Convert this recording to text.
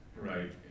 right